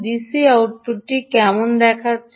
DC আউটপুটটি কেমন দেখাচ্ছে